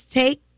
take